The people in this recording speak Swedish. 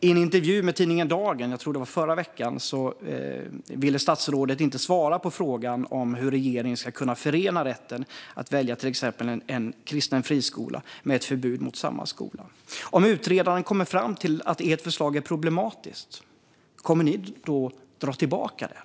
I en intervju med tidningen Dagen, jag tror att det var i förra veckan, ville statsrådet inte svara på frågan hur regeringen ska kunna förena rätten att välja till exempel en kristen friskola med ett förbud mot samma skola. Om utredaren kommer fram till att ert förslag är problematiskt, kommer ni då att dra tillbaka det?